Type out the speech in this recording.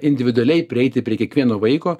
individualiai prieiti prie kiekvieno vaiko